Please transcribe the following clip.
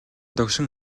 догшин